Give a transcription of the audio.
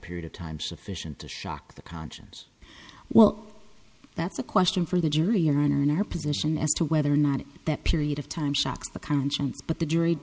period of time sufficient to shock the conscience well that's a question for the jury your honor in our position as to whether or not that period of time shocks the conscience but the jury